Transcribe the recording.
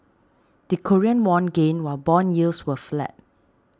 the Korean won gained while bond yields were flat